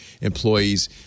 employees